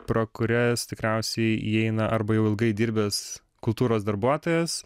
pro kurias tikriausiai įeina arba jau ilgai dirbęs kultūros darbuotojas